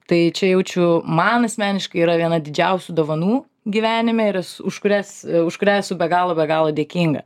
tai čia jaučiu man asmeniškai yra viena didžiausių dovanų gyvenime ir už kurias už kurią esu be galo be galo dėkinga